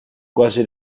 quasi